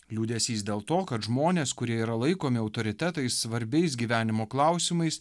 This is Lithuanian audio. liūdesys dėl to kad žmonės kurie yra laikomi autoritetais svarbiais gyvenimo klausimais